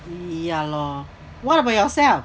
ya lor what about yourself